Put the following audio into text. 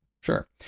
Sure